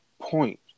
point